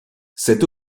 cette